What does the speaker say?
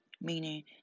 Meaning